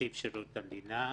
נציב שירות המדינה,